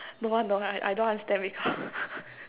don't want don't want I I don't understand make-up